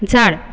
झाड